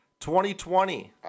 2020